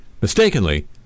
mistakenly